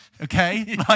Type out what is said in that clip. okay